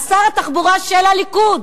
אז שר התחבורה של הליכוד